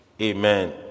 Amen